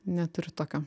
neturiu tokio